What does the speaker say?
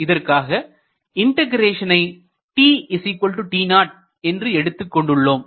இதற்கான இண்டகரேஷனை tt0 என்று எடுத்துக்கொண்டு உள்ளோம்